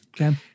okay